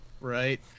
Right